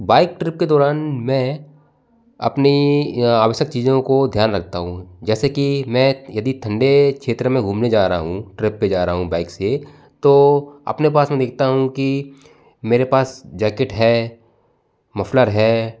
bike trip के दौरान में अपनी अ आवश्यक चीजों को ध्यान रखता हूँ जैसे की मैं यदि ठंडे क्षेत्र में घूमने जा रहा हूँ ट्रिप पर जा रहा हूँ बाइक से तो अपने पास में देखता हूँ की मेरे पास जैकेट है मफ़लर है